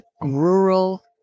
rural